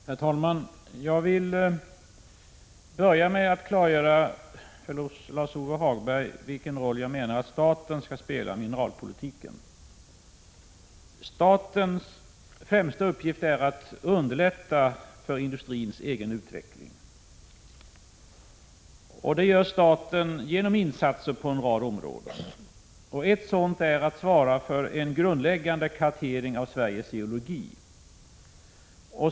Herr talman! Jag vill börja med att klargöra för Lars-Ove Hagberg vilken roll staten skall spela i mineralpolitiken. Statens främsta uppgift är att underlätta för industrins egen utveckling, och det gör staten genom insatser på en rad områden. En sådan är att svara för en grundläggande kartering av Sveriges geologi.